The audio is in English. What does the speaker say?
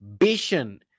vision